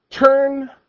Turn